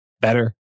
better